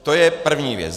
To je první věc.